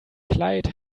kleid